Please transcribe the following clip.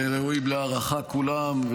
והם ראויים להערכה, כולם.